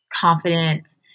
confident